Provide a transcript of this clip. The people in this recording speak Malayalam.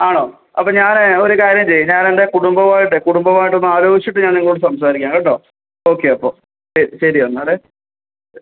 ആണോ അപ്പം ഞാനേ ഒരു കാര്യം ചെയ്യ് ഞാൻ എൻ്റെ കുടുംബവുമായിട്ടേ കുടുംബവുമായിട്ടൊന്ന് ആലോചിച്ചിട്ട് ഞാൻ നിങ്ങളോട് സംസാരിക്കാം കേട്ടോ ഓക്കെ അപ്പോൾ ശരി ശരി എന്നാലേ